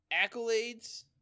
accolades